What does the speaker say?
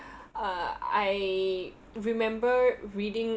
uh I remember reading